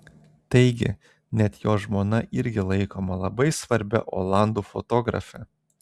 taigi net jo žmona irgi laikoma labai svarbia olandų fotografe